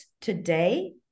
today